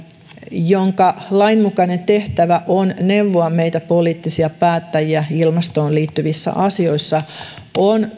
jonka lainmukainen tehtävä on neuvoa meitä poliittisia päättäjiä ilmastoon liittyvissä asioissa on